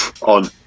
on